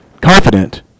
confident